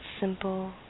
simple